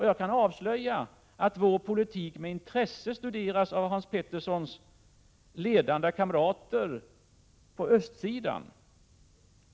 Jag kan avslöja att vår politik med intresse studerats av Hans Peterssons ledande kamrater på östsidan.